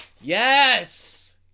Yes